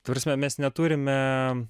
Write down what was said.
ta prasme mes neturime